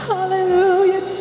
Hallelujah